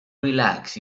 relax